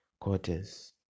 quarters